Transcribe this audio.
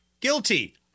Guilty